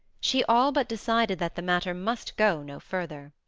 she all but decided that the matter must go no further.